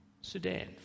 Sudan